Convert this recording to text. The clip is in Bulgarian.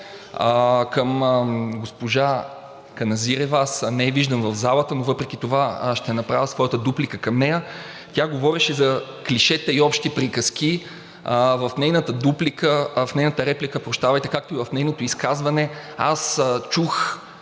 Към госпожа Каназирева. Аз не я виждам в залата, но въпреки това ще направя своята дуплика към нея. Тя говореше за клишета и общи приказки. В нейната реплика, както и нейното изказване, аз чух